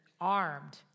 armed